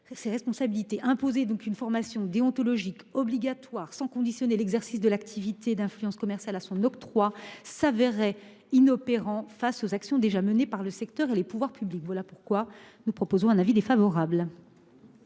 ses responsabilités. Imposer une formation déontologique obligatoire sans conditionner l'exercice de l'activité d'influence commerciale à son octroi s'avérerait inopérant face aux actions déjà menées par le secteur et les pouvoirs publics. La commission est donc défavorable